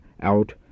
out